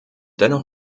dennoch